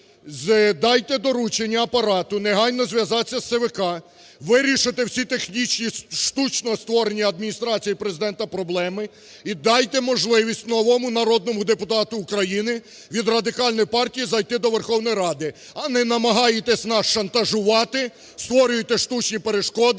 дайте доручення Апарату негайно зв’язатися з ЦВК, вирішити всі технічні, штучно створені Адміністрацією Президента проблеми, і дайте можливість новому народному депутату України від Радикальної партії зайти до Верховної Ради, а не намагаєтесь нас шантажувати, створюєте штучні перешкоди…